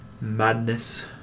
Madness